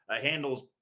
handles